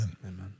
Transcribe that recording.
Amen